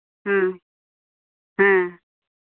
ᱦᱮᱸ ᱦᱮᱸ